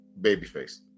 babyface